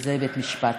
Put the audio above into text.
וזה בית משפט.